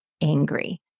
angry